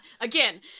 again